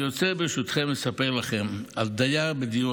אני רוצה ברשותכם לספר לכם על דייר בדיור